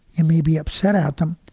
you may be upset at them,